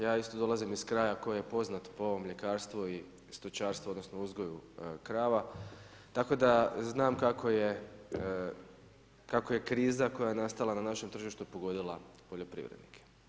Ja isto dolazim iz kraja koji je poznat po ovom mljekarstvu i stočarstvu, odnosno uzgoju krava, tako da znam kako je kriza koja je nastala na našem tržištu pogodila poljoprivrednike.